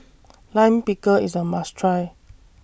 Lime Pickle IS A must Try